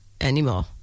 anymore